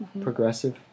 progressive